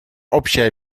общая